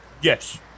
Yes